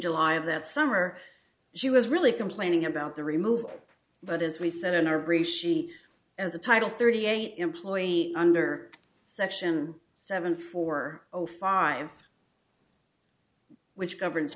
of that summer she was really complaining about the remove but as we said in our brief she as a title thirty eight employee under section seven four zero five which governs